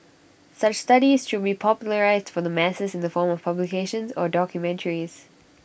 such studies should be popularised for the masses in the form of publications or documentaries